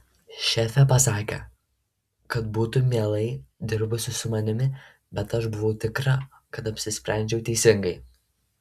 šefė pasakė kad būtų mielai dirbusi su manimi bet aš buvau tikra kad apsisprendžiau teisingai